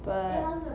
but